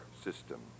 system